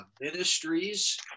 ministries